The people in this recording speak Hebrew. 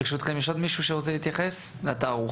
ברשותכם יש עוד מישהו שרוצה להתייחס לתערוכה,